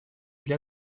для